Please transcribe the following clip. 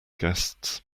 guests